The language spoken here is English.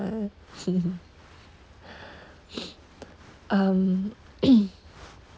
um